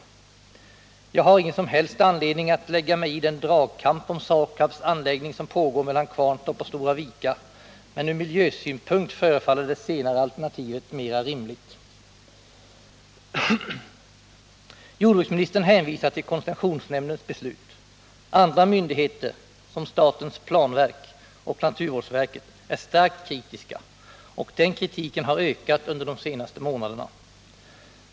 Jag haringen Om omhänderta - som helst anledning att lägga mig i den dragkamp om SAKAB:s anläggning gande av miljöfarsom pågår mellan Kvarntorp och Stora Vika, men ur miljösynpunkt förefaller ligt avfall det senare alternativet mer rimligt. Jordbruksministern hänvisar till koncessionsnämndens beslut. Andra myndigheter, som statens planverk och naturvårdsverket, är starkt kritiska, och den kritiken har ökat under de senaste månaderna.